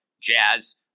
Jazz